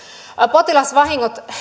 potilasvahingot